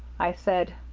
i said,